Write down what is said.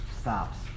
stops